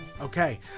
Okay